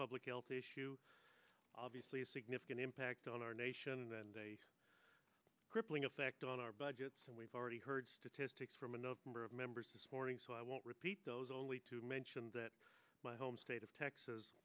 public health issue obviously a significant impact on our nation and a crippling effect on our budgets and we've already heard statistics from another number of members this morning so i won't repeat those only to mention that my home state of texas